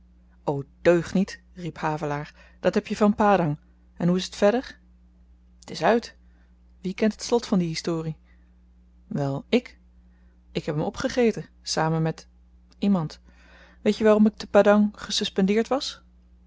o deugniet riep havelaar dat heb je van padang en hoe is t verder t is uit wie kent het slot van die historie wèl ik ik heb hem opgegeten samen met iemand weet je waarom ik te padang gesuspendeerd was